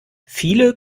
viele